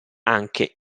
anche